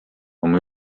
oma